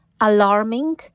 alarming